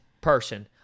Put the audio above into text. person